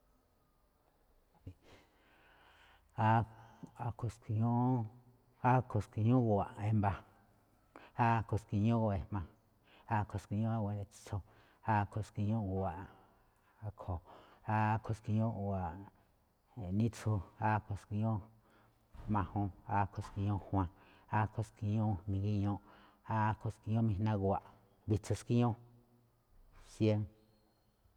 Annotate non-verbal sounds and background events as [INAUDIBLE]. A- akho̱ ski̱ñú, akho̱ ski̱ñú gu̱wa̱ꞌ e̱mba̱, [NOISE] akho̱ ski̱ñú gu̱wa̱ꞌ e̱jma̱, akho̱ ski̱ñú gu̱wa̱ꞌ e̱tso̱, akho̱ ski̱ñú gu̱wa̱ꞌ [NOISE] e̱kho̱, akho̱ ski̱ñú gu̱wa̱ꞌ nítsu, akho̱ ski̱ñú [NOISE] majuun, akho̱ ski̱ñú juaan, akho̱ ski̱ñú migiñuu, akho̱ ski̱ñú mijna gu̱wa̱ꞌ, witsu skíñú, sien.